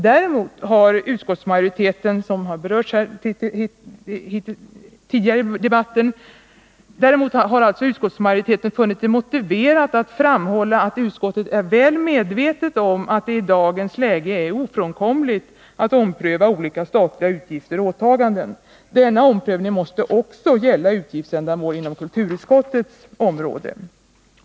Däremot har utskottsmajoriteten — som berörts tidigare under debatten — funnit det motiverat att framhålla att utskottet är väl medvetet om att det i dagens läge är ofrånkomligt att ompröva olika statliga utgifter och åtaganden. Denna omprövning måste också gälla utgiftsändamål inom kulturutskottets område.